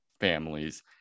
families